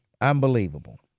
unbelievable